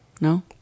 No